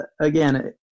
again